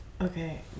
Okay